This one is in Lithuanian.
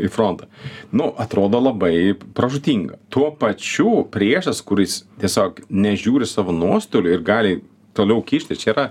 į frontą nu atrodo labai pražūtinga tuo pačiu priešas kuris tiesiog nežiūri savo nuostolių ir gali toliau kišti čia yra